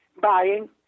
buying